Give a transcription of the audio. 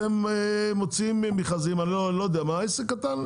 אתם מוציאים מכרזים ועסק קטן,